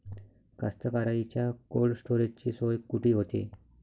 कास्तकाराइच्या कोल्ड स्टोरेजची सोय कुटी होते?